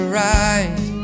right